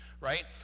right